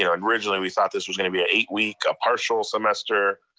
yeah originally we thought this was gonna be a eight week, a partial semester,